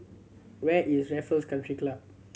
where is Raffles Country Club